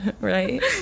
Right